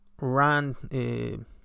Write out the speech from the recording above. run